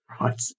Right